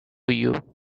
you